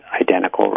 identical